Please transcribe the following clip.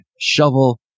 shovel